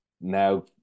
Now